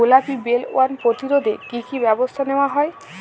গোলাপী বোলওয়ার্ম প্রতিরোধে কী কী ব্যবস্থা নেওয়া হয়?